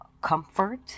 comfort